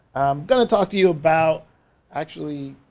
gonna talk to you about actually,